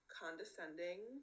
condescending